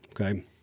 okay